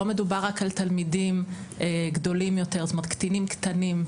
לא מדובר רק על תלמידים אלא גם בקטינים קטנים,